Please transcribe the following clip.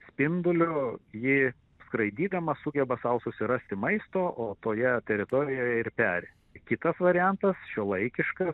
spinduliu ji skraidydama sugeba sau susirasti maisto o toje teritorijoje ir peri kitas variantas šiuolaikiškas